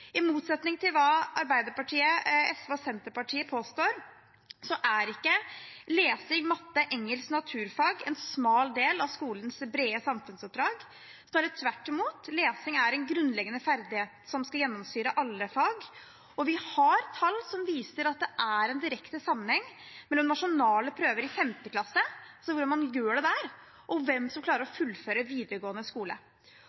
I motsetning til hva Arbeiderpartiet, SV og Senterpartiet påstår, er ikke lesing, matte, engelsk og naturfag en smal del av skolens brede samfunnsoppdrag. Snarere tvert imot: Lesing er en grunnleggende ferdighet som skal gjennomsyre alle fag. Vi har tall som viser at det er en direkte sammenheng mellom hvordan man gjør det på nasjonale prøver i 5. klasse, og hvem som klarer å fullføre videregående skole. Dersom det